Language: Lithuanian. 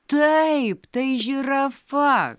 taip tai žirafa